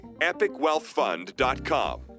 EpicWealthFund.com